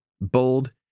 bold